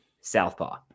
Southpaw